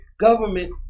government